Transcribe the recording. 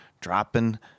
dropping